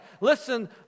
Listen